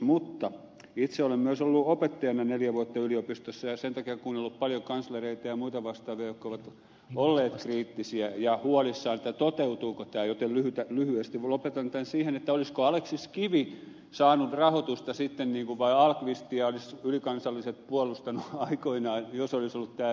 mutta itse olen myös ollut opettajana neljä vuotta yliopistossa ja sen takia kuunnellut paljon kanslereita ja muita vastaavia jotka ovat olleet kriittisiä ja huolissaan siitä toteutuuko tämä joten lyhyesti lopetan tämän siihen olisiko aleksis kivi saanut rahoitusta sitten vai olisivatko ylikansalliset puolustaneet ahlqvistia aikoinaan jos olisi ollut tämä systeemi